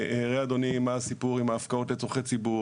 ויראה אדוני מה הסיפור עם ההפקעות לצרכי ציבור